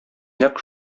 нәкъ